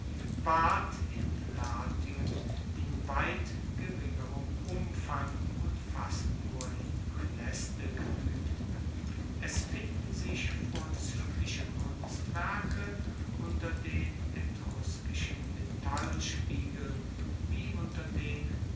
ward in latium in weit geringerem umfang und fast nur in praeneste geuebt es finden sich vorzuegliche kunstwerke unter den etruskischen metallspiegeln wie unter den